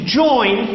join